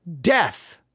death